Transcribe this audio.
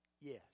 yes